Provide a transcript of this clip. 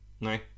No